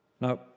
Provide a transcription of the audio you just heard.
Now